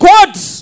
God's